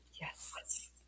Yes